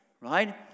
right